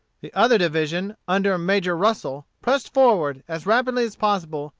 the other division, under major russel, pressed forward, as rapidly as possible,